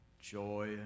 joy